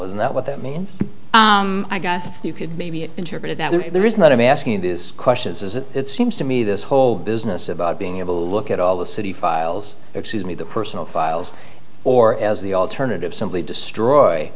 isn't that what that means i guess you could be interpreted that there is not i'm asking these questions as it seems to me this whole business about being able to look at all the city files excuse me the personal files or as the alternative simply destroy